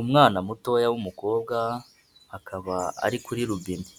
Umwana mutoya w'umukobwa, akaba ari kuri rubine,